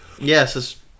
yes